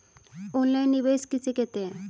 Online निवेश किसे कहते हैं?